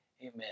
Amen